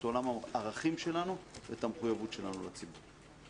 את עולם הערכים שלנו ואת המחויבות שלנו לציבור.